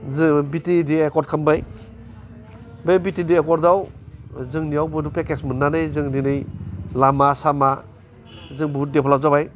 जो BTAD accord खामबाय बे बिटिएडि एकर्डआव जोंनिआव फेखेस मोन्नानै जों दिनै लामा सामा जों बुहुथ डेभेलप जाबाय